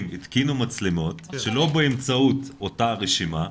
התקינו מצלמות שלא באמצעות אותה רשימה,